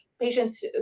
patients